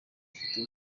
afite